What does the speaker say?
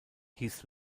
hieß